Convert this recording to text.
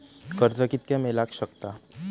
कर्ज कितक्या मेलाक शकता?